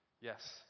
Yes